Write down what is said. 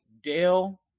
dale